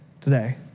today